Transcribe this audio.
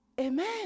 Amen